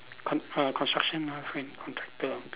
con~ err construction ah contractor